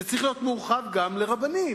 זה צריך להיות מורחב גם לרבנים.